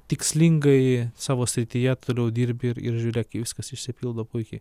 tikslingai savo srityje toliau dirbi ir ir žiūrėk ir viskas išsipildo puikiai